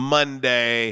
Monday